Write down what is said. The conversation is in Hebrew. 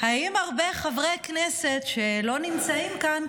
אם הרבה חברי כנסת שלא נמצאים כאן,